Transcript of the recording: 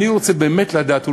אני רוצה באמת לדעת,